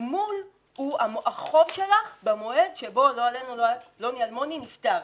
התגמול הוא החוב שלך במועד שבו לא עלינו פלוני אלמוני נפטר,